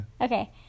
Okay